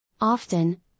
Often